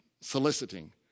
soliciting